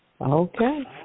Okay